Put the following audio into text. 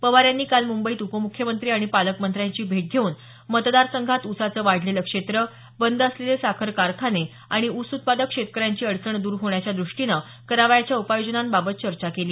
पवार यांनी काल मुंबईत उपमुख्यमंत्री आणि पालकमंत्र्यांची भेट घेऊन मतदारसंघात ऊसाचं वाढलेलं क्षेत्र बंद असलेले साखर कारखाने आणि ऊस उत्पादक शेतकऱ्यांची अडचण द्रा होण्याच्या दृष्टीनं करावयाच्या उपाययोजना याबाबत चर्चा केली